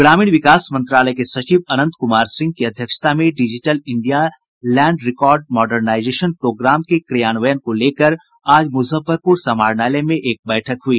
ग्रामीण विकास मंत्रालय के सचिव अनंत कुमार सिंह की अध्यक्षता में digital India land record modernisation programme के क्रियान्वयन को लेकर आज मुजफ्फरपुर समाहरणालय में एक बैठक हुई